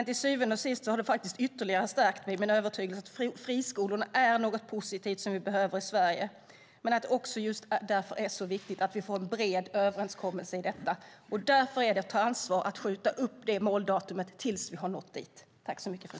Till syvende och sist har det dock ytterligare stärkt mig i min övertygelse att friskolorna är något positivt vi behöver i Sverige. Just därför är det så viktigt att vi får en bred överenskommelse i detta, och därför är det att ta ansvar att skjuta upp måldatumet tills vi har nått dit.